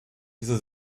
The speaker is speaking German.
diese